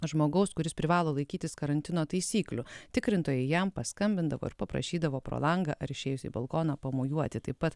žmogaus kuris privalo laikytis karantino taisyklių tikrintojai jam paskambindavo ir paprašydavo pro langą ar išėjus į balkoną pamojuoti taip pat